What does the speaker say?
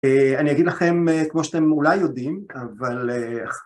אני אגיד לכם כמו שאתם אולי יודעים, אבל...